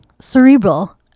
cerebral